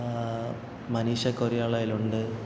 മനീഷ കൊയിരാള അതിലുണ്ട്